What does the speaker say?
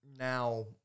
Now